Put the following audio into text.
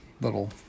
little